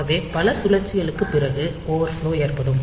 ஆகவே பல சுழற்சிகளுக்குப் பிறகு ஓவர்ஃப்லோ ஏற்படும்